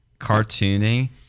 cartoony